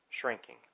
shrinking